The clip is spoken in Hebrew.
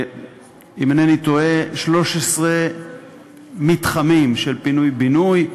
אם איני טועה, 13 מתחמים של פינוי-בינוי,